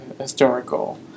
historical